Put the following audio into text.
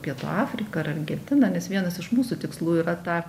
pietų afrika ar argentina nes vienas iš mūsų tikslų yra tą